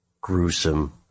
gruesome